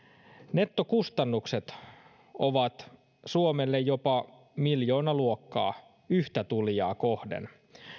nettokustannukset ovat suomelle jopa miljoonaluokkaa yhtä tulijaa kohden